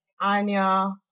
Anya